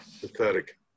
Pathetic